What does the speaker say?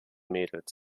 mädels